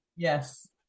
Yes